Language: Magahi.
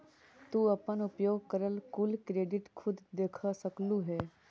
तू अपन उपयोग करल कुल क्रेडिट खुद देख सकलू हे